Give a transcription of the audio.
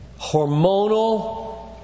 hormonal